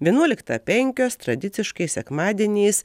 vienuoliktą penkios tradiciškai sekmadieniais